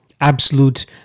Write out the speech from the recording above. absolute